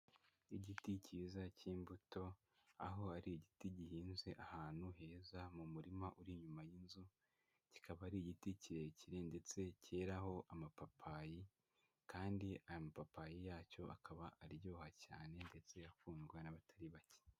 Igiti cyiza cy'imbuto, aho ari igiti gihinze ahantu heza mu murima uri inyuma y'inzu, kikaba ari igiti kirekire ndetse cyeraho amapapayi kandi aya mapapayi yacyo akaba aryoha cyane ndetse akundwa n'abatari bake.